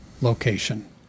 location